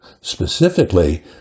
specifically